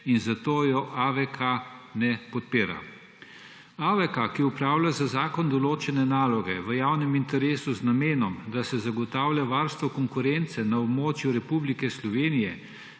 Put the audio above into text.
zato je AVK ne podira. AVK, ki opravlja z zakonom določene naloge v javnem interesu z namenom, da se zagotavlja varstvo konkurence na območju Republike Slovenije,